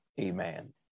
Amen